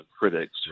critics